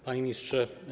Panie Ministrze!